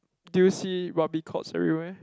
do you see rugby courts everywhere